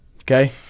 Okay